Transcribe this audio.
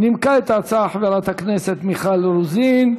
נימקה את ההצעה חברת הכנסת מיכל רוזין.